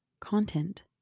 content